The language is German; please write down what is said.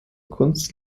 kunst